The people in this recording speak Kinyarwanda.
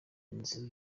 nzu